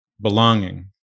belonging